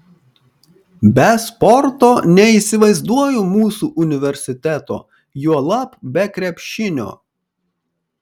be sporto neįsivaizduoju mūsų universiteto juolab be krepšinio